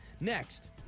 Next